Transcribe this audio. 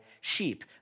sheep